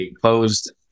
closed